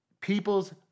people's